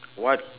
what